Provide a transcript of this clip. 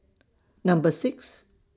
Number six